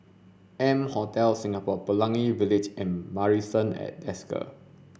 M Hotel Singapore Pelangi Village and Marrison at Desker